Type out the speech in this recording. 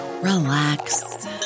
relax